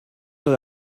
dod